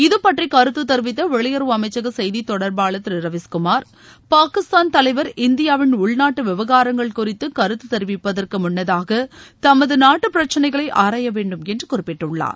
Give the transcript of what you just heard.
இதுபற்றி கருத்து தெரிவித்த வெளியுறவு அமைச்சக செய்தி தொடர்பாளா் திரு ரவீஷ்குமார் பாகிஸ்தான் தலைவர் இந்தியாவின் உள்நாட்டு விவகாரங்கள் குறித்து கருத்து தெரிவிப்பதற்கு முன்னதாக தமது நாட்டு பிரச்னைகளை ஆராயவேண்டும் என்று குறிப்பிட்டுள்ளார்